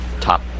top